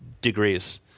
degrees